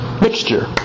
Mixture